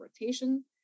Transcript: rotation